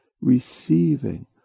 receiving